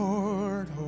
Lord